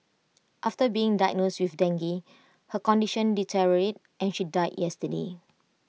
after being diagnosed with dengue her condition deteriorated and she died yesterday